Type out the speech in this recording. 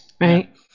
right